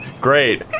Great